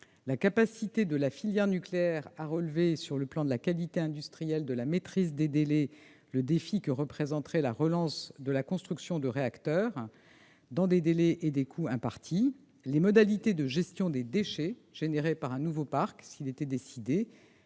la capacité de la filière nucléaire à relever, sur les plans de la qualité industrielle et de la maîtrise des délais, le défi que représenterait la relance de la construction de réacteurs dans des délais et des coûts impartis, aux modalités de gestion des déchets produits par un nouveau parc, si la